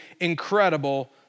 incredible